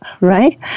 Right